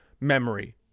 memory